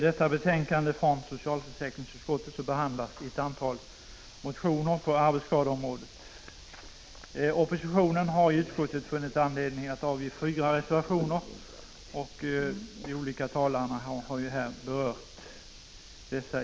Herr talman! I socialförsäkringsutskottets betänkande nr 4 behandlas ett antal motioner på arbetsskadeområdet. Oppositionen har i utskottet funnit anledning att avge fyra reservationer, och de föregående talarna har i sina inlägg berört dessa.